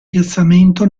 piazzamento